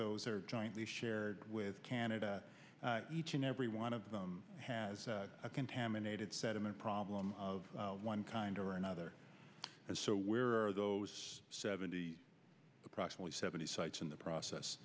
those are jointly shared with canada each and every one of them has contaminated sediment problem of one kind or another and so where are those seventy approximately seventy sites in the process